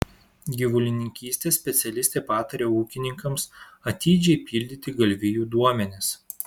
gyvulininkystės specialistė pataria ūkininkams atidžiai pildyti galvijų duomenis